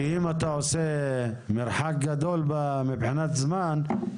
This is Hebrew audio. כי אם אתה עושה מרחק גדול מבחינת זמן,